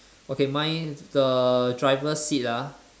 okay mine the driver's seat ah